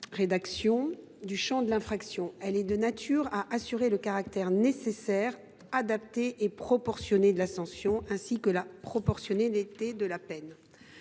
précise du champ de l’infraction, elle est de nature à assurer le caractère nécessaire, adapté et proportionné de la sanction, ainsi que la proportionnalité de la peine.